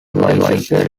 visas